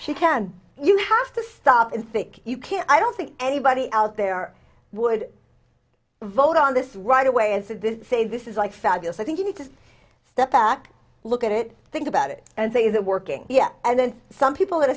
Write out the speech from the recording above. she can you have to stop and think you can't i don't think anybody out there would vote on this right away and said this say this is like fabulous i think you need to step back look at it think about it and say the working yet and then some people